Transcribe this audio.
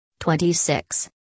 26